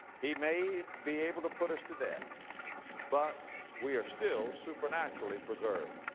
he may be able to put us to death but we are still supernaturally preserved.